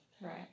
Right